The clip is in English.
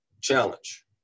challenge